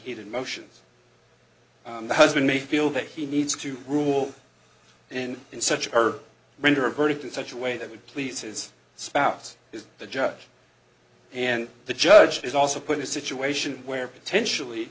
heated emotions the husband may feel that he needs to rule and in such her render a verdict in such a way that would please his spouse is the judge and the judge is also put in a situation where potentially